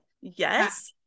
Yes